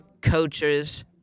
coaches